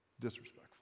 Disrespectful